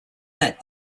that